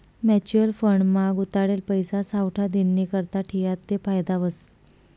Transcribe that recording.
mutual fund मा गुताडेल पैसा सावठा दिननीकरता ठियात ते फायदा व्हस